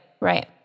right